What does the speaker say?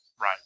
Right